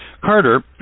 Carter